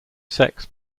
sex